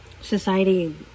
society